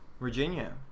Virginia